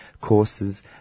courses